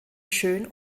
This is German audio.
schön